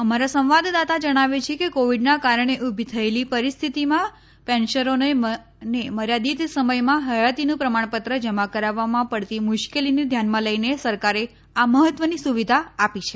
અમારા સંવાદદાતા જણાવે છે કે કોવિડના કારણે ઉભી થયેલી પરિસ્થિતિમાં પેન્શનરોને મર્યાદિત સમયમાં હયાતીનું પ્રમાણપત્ર જમા કરવામાં પડતી મુશ્કેલીને ધ્યાનમાં લઈને સરકારે આ મહત્વની સુવિધા આપી છે